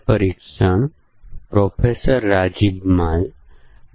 આપણે પહેલાના સત્રોમાં બ્લેક બોક્સ પરીક્ષણ તકનીકો વિશે ચર્ચા કરી રહ્યા હતા